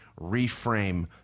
reframe